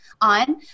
on